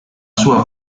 sua